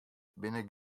binne